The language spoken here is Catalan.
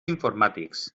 informàtics